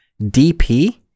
DP